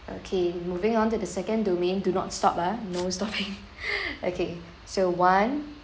okay moving on to the second domain do not stop ah no stopping okay so one